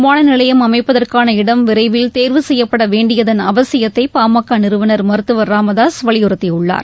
சென்னையில் புதிய விமான நிலையம் அமைப்பதற்கான இடம் விரைவில் தேர்வு செய்யப்பட வேண்டியதன் அவசியத்தை பாமக நிறுவனர் மருத்துவர் ச ராமதாசு வலியுறுத்தியுள்ளார்